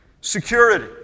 security